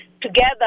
together